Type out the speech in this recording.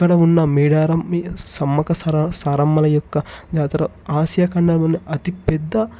ఇక్కడ ఉన్న మేడారం మీ సమ్మక్క సార సారమ్మల యొక్క జాతర ఆసియా ఖండం నుండి అతిపెద్ద